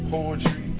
Poetry